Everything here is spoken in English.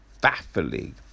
baffling